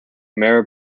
mara